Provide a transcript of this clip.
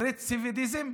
"רצידיביזם"?